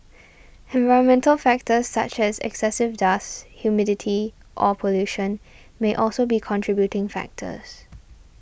environmental factors such as excessive dust humidity or pollution may also be contributing factors